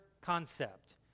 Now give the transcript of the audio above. concept